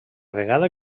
vegada